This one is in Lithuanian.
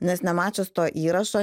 nes nemačius to įrašo